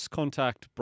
contact